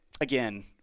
again